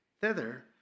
thither